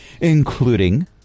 including